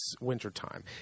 wintertime